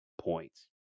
points